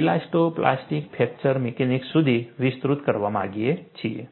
elasto plastic fracture mechanics સુધી વિસ્તૃત કરવા માંગીએ છીએ